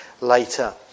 later